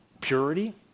Purity